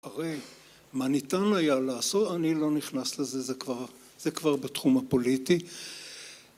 הרי מה ניתן היה לעשות, אני לא נכנס לזה, זה כבר בתחום הפוליטי.